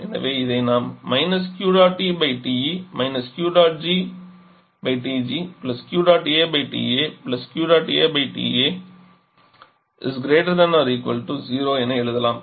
எனவே இதை நாம் என எழுதலாம்